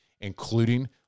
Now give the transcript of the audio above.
including